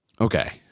Okay